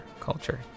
culture